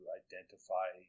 identify